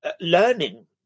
learning